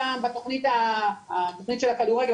שם בתכנית של הכדורגל,